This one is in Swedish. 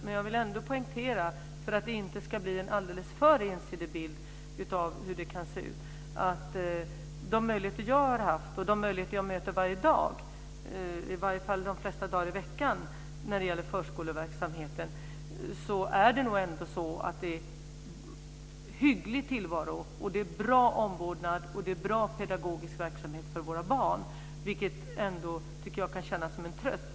Men jag vill ändå poängtera, för att det inte ska bli en för ensidig bild av hur det kan se ut, att de möjligheter jag möter de flesta dagar i veckan när det gäller förskoleverksamhet, visar på att det är en hygglig tillvaro med bra omvårdnad och bra pedagogisk verksamhet för våra barn. Det kan ändå kännas som en tröst.